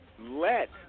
let